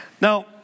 Now